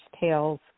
tales